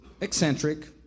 eccentric